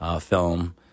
film